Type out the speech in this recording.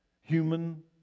Human